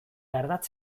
ardatz